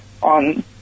on